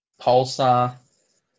Pulsar